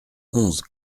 onze